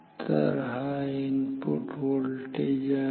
तर हा input voltage आहे